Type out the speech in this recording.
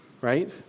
Right